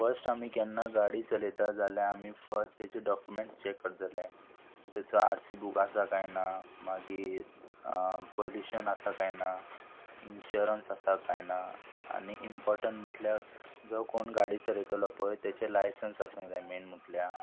first आमी केन्ना गाडी चलयता जाल्यार आमी फस्ट तेचे डॉक्युमेंट्स चॅक करतले तेचो आरसी बूक आसा कांय ना मागीर पोल्युशन आसा कांय ना इन्शुरंस आसा कांय ना आनी इम्पोर्टंट म्हटल्यार जो कोण गाडी चलयतलो पय तेचे लायसंस आसूंक जाय मेन म्हटल्यार